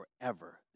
forever